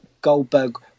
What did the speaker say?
Goldberg